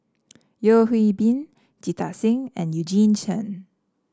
Yeo Hwee Bin Jita Singh and Eugene Chen